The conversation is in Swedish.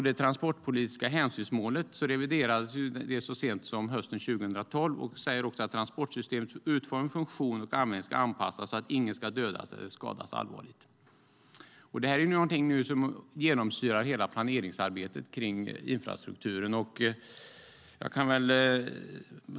Det transportpolitiska hänsynsmålet reviderades så sent som hösten 2012. Målet är att transportsystemets utformning, funktion och användning ska anpassas så att ingen ska dödas eller skadas allvarligt. Det här genomsyrar hela planeringsarbetet runt infrastrukturen.